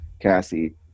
Cassie